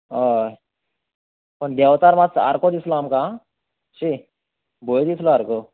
हय पूण देंवचार बा सारको दिसलो आमकां हां शी भंय दिसलो सारको